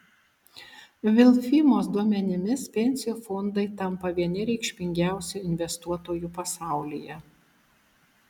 vilfimos duomenimis pensijų fondai tampa vieni reikšmingiausių investuotojų pasaulyje